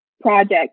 project